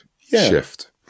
shift